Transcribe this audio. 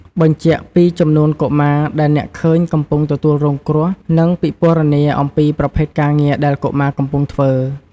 បញ្ជាក់ពីចំនួនកុមារដែលអ្នកឃើញកំពុងទទួលរងគ្រោះ និងពិពណ៌នាអំពីប្រភេទការងារដែលកុមារកំពុងធ្វើ។